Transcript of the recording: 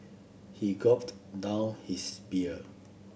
he gulped down his beer